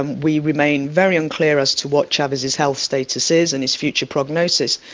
and we remain very unclear as to what chavez's health status is and his future prognosis.